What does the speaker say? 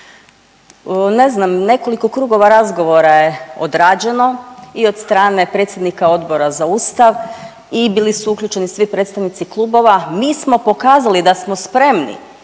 Ne znam nekoliko krugova razgovora je odrađeno i od strane predsjednika Odbora za Ustav i bili su uključeni svi predstavnici klubova, mi smo pokazali da smo spremni